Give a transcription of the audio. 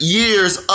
years